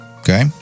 Okay